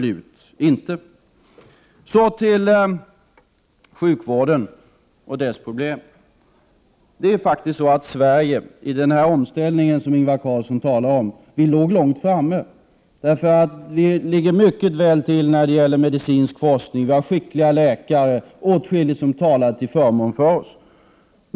Sedan några ord om sjukvården och dess problem. I den omställning som Ingvar Carlsson talar om ligger Sverige mycket långt framme. Vi ligger mycket väl till när det gäller medicinsk forskning. Vi har skickliga läkare. Åtskilligt talade till förmån för oss.